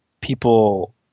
people